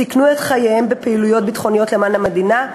סיכנו את חייהם בפעילויות ביטחוניות למען המדינה,